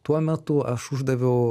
tuo metu aš uždaviau